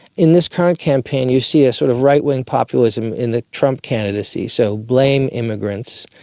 in this current campaign you see a sort of right-wing populace in in the trump candidacy. so, blame immigrants,